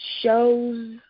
shows